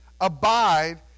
abide